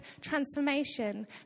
transformation